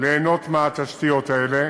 ליהנות מהתשתיות האלה.